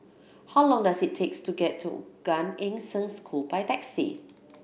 how long does it takes to get to Gan Eng Seng School by taxi